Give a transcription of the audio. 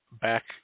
back